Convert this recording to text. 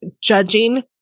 judging